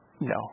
No